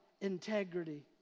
integrity